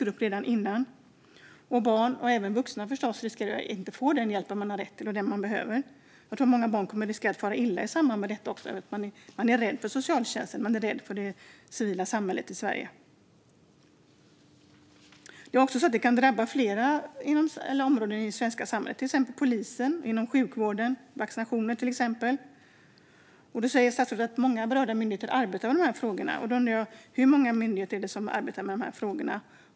Förstås riskerar även barn och vuxna att inte få den hjälp de behöver och har rätt till. Jag tror att många barn kan fara illa eftersom man är rädd för socialtjänsten och civilsamhället. Det kan som sagt drabba flera områden i samhället såsom polis och sjukvård, till exempel när det gäller vaccinationer. Statsrådet säger att många berörda myndigheter arbetar med dessa frågor.